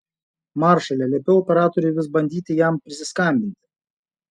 maršale liepiau operatoriui vis bandyti jam prisiskambinti